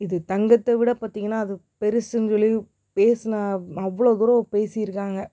இது தங்கத்தை விட பார்த்தீங்கன்னா அது பெருசுன்னு சொல்லி பேசுனா அவ்வளோ தூரம் பேசி இருக்காங்க